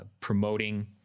promoting